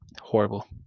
Horrible